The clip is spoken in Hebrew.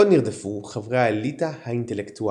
עוד נרדפו חברי האליטה האינטלקטואלית.